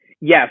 Yes